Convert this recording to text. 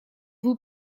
vous